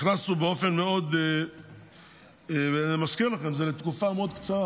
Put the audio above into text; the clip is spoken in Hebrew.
הכנסנו באופן מאוד אני מזכיר לכם שזה לתקופה מאוד קצרה,